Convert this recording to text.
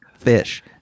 fish